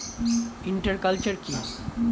Inter culture কি?